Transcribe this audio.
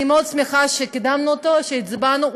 אני מאוד שמחה שקידמנו אותו, שהצבענו.